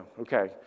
Okay